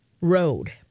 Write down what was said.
Road